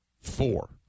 Four